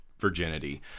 Virginity